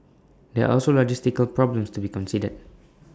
there are also logistical problems to be considered